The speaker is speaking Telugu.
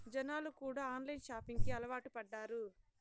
జనాలు కూడా ఆన్లైన్ షాపింగ్ కి అలవాటు పడ్డారు